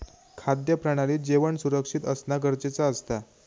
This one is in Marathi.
खाद्य प्रणालीत जेवण सुरक्षित असना गरजेचा असता